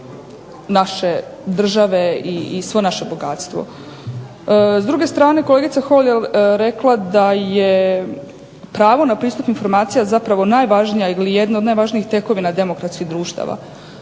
naše države i svo naše bogatstvo. S druge strane kolegica Holy je rekla da je pravo na pristup informacija zapravo najvažnija ili jedno od najvažnijih tekovina demokratskih društava.